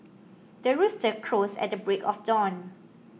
the rooster crows at the break of dawn